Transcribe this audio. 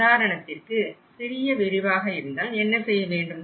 உதாரணத்திற்கு சிறிய விரிவாக இருந்தால் என்ன செய்ய வேண்டும்